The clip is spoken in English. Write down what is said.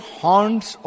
haunts